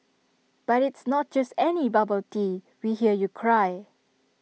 but it's not just any bubble tea we hear you cry